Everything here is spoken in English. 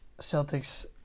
Celtics